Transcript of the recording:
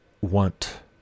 want